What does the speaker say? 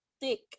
thick